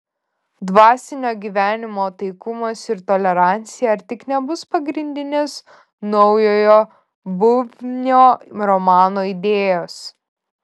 dvasinio gyvenimo taikumas ir tolerancija ar tik nebus pagrindinės naujojo bubnio romano idėjos